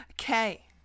Okay